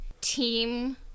team